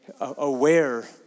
aware